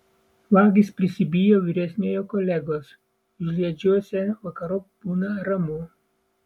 vagys prisibijo vyresniojo kolegos užliedžiuose vakarop būna ramu